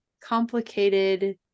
complicated